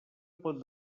pot